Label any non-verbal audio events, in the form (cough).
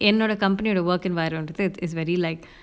என்னோட:ennoda company யோட:yoda work environment is very like (breath)